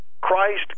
Christ